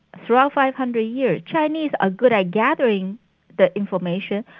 throughout five hundred years, chinese are good at gathering the information,